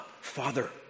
Father